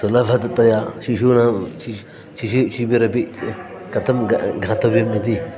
सुलभतया शिशूनां शिशु शिशुशिबिरमपि क कथं ग गातव्यम् इति